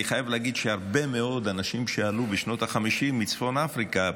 אני חייב להגיד שהרבה מאוד אנשים שעלו בשנות החמישים מצפון אפריקה,